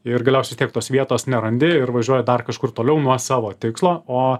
ir galiausiai tiek tos vietos nerandi ir važiuoji dar kažkur toliau nuo savo tikslo o